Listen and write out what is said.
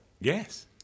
Yes